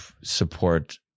support